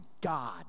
God